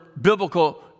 biblical